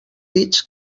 dits